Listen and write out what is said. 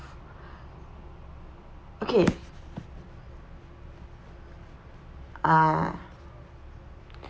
okay ah